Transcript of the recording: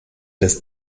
des